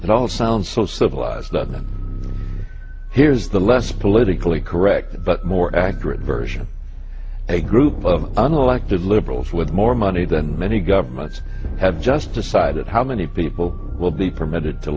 it all sounds so civilized that now here is the less politically correct but more accurate version a group of unelected liberals with more money than many governments have just decided how many people will be permitted to